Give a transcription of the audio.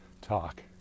talk